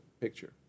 picture